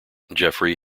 geoffrey